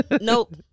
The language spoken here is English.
Nope